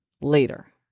later